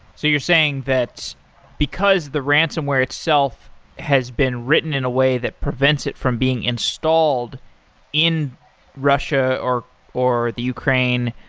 so you're saying that because the ransonware itself has been written in a way that prevents it from being installed in russia or or the ukraine,